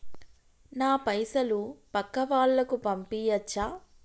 నా పైసలు పక్కా వాళ్ళకు పంపియాచ్చా?